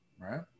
right